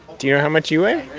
do you know how much you weigh?